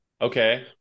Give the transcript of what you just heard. Okay